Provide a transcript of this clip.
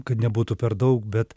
kad nebūtų per daug bet